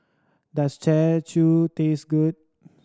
does char chu taste good